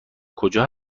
کجا